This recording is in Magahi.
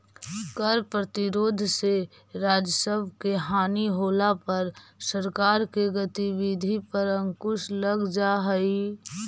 कर प्रतिरोध से राजस्व के हानि होला पर सरकार के गतिविधि पर अंकुश लग जा हई